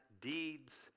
deeds